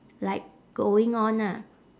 like going on ah